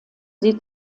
sie